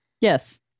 Yes